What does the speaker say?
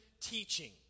teaching